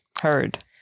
Heard